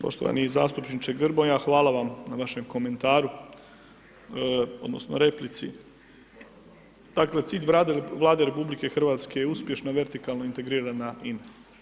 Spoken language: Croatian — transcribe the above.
Poštovani zastupniče Grmoja hvala vam na vašem komentaru, odnosno replici, dakle cilj Vlade RH je uspješna vertikalna integrirana INA.